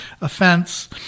offense